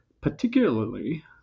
particularly